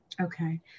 Okay